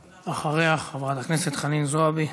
ואחריה, חברת הכנסת חנין זועבי.